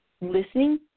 listening